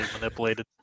manipulated